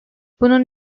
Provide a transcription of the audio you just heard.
bunun